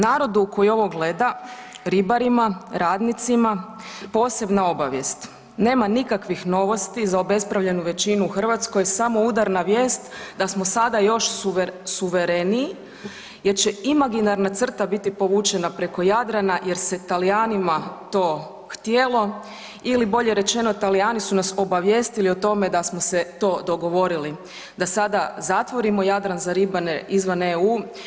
Narodu koji ovo gleda, ribarima, radnicima, posebna obavijest, nema nikakvih novosti za obespravljenu većinu u Hrvatskoj, samo udarna vijest da smo sada još suvereniji jer će imaginarna crta biti povučena preko Jadrana jer se Talijanima to htjelo ili bolje rečeno Talijani su nas obavijestili o tome da smo se to dogovorili da sada zatvorimo Jadran za ribare izvan EU.